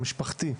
המשפחתי,